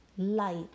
Light